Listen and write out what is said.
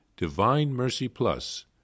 Divinemercyplus